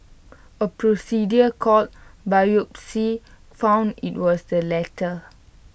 A procedure called biopsy found IT was the latter